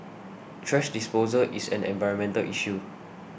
thrash disposal is an environmental issue